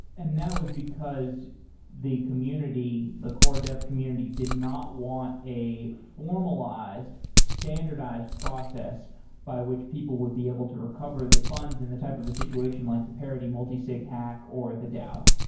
and now is because the community, the core dev community did not want a formalized standardized process by which people would be able to recover the funds in the type of a situation like the parody multisig hack or the dao.